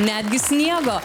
netgi sniego